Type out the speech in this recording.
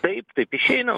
taip taip išeina